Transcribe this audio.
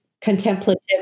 contemplative